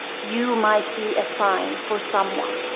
you might be a sign for someone.